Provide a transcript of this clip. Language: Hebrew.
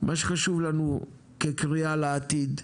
מה שחשוב לנו כקריאה לעתיד,